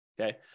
okay